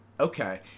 Okay